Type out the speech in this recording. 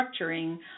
structuring